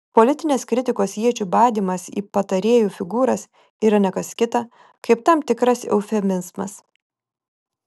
politinės kritikos iečių badymas į patarėjų figūras yra ne kas kita kaip tam tikras eufemizmas